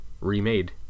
remade